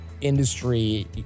industry